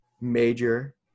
major